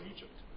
Egypt